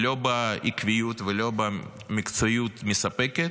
לא בעקביות ולא במקצועיות מספקת,